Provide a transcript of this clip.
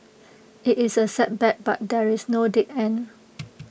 IT is A setback but there is no dead end